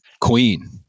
queen